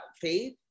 faith